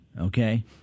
okay